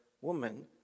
woman